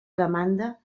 demanda